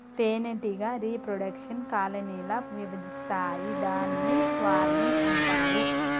తేనెటీగ reproduction colony ల విభజిస్తాయి దాన్ని స్వర్మింగ్ అంటారు